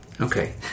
Okay